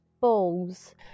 Balls